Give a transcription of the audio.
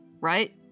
right